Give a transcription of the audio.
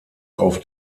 auf